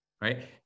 right